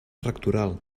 rectoral